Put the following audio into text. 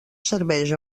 servei